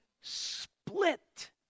split